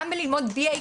גם ללמוד בי.איי.